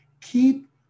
Keep